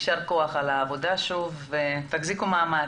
יישר כוח על העבודה ותחזיקו מעמד.